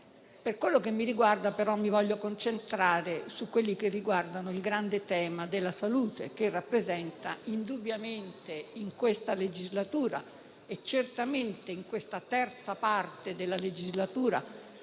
Per quello che mi riguarda però mi voglio concentrare sul grande tema della salute, che rappresenta indubbiamente in questa legislatura, certamente in questa terza parte della legislatura